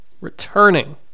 Returning